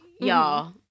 y'all